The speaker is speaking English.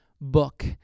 book